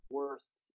worst